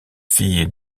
fille